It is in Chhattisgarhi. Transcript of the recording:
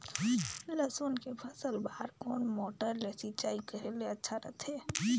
लसुन के फसल बार कोन मोटर ले सिंचाई करे ले अच्छा रथे?